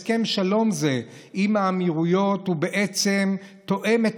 הסכם שלום זה עם האמירויות בעצם תואם את